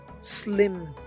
slim